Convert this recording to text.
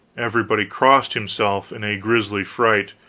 everybody crossed himself in a grisly fright,